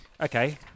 okay